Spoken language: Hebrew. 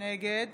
נגד